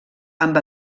amb